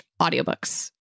audiobooks